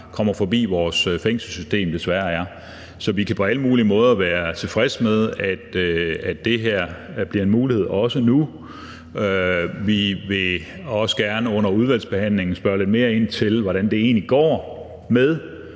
kommer forbi vores fængselssystem, desværre er. Så vi kan på alle mulige måder være tilfredse med, at det her nu også bliver en mulighed. Vi vil under udvalgsbehandlingen også gerne spørge lidt mere ind til, hvordan det egentlig går med